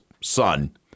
son